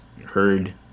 heard